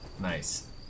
Nice